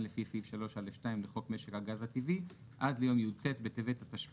לפי סעיף 3(א)(2) לחוק משק הגז הטבעי עד ליום י"א טבת התשפ"ד